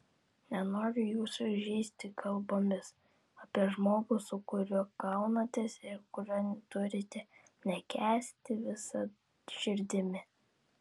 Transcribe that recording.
nenoriu jūsų įžeisti kalbomis apie žmogų su kuriuo kaunatės ir kurio turite nekęsti visa širdimi